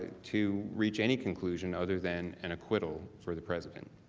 to reach any conclusion other than an acquittal for the president.